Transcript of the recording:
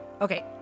Okay